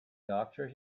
doctor